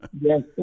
Yes